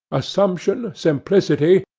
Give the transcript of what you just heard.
assumption, simplicity,